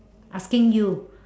asking you